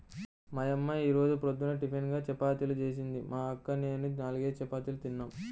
మా యమ్మ యీ రోజు పొద్దున్న టిపిన్గా చపాతీలు జేసింది, మా అక్క నేనూ నాల్గేసి చపాతీలు తిన్నాం